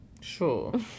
Sure